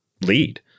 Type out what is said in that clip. lead